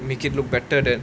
make it look better than